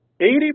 Eighty